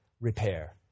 repair